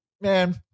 man